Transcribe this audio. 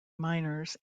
miners